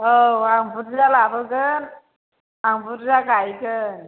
औ आं बुरजा लाबोगोन आं बुरजा गायगोन